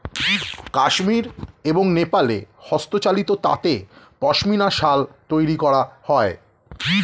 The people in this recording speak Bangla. কাশ্মীর এবং নেপালে হস্তচালিত তাঁতে পশমিনা শাল তৈরি করা হয়